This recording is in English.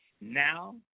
Now